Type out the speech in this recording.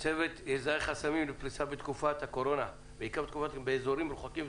הצוות יזהה חסמים לפריסה בתקופת הקורונה באזורים מרוחקים,